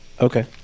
Okay